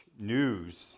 news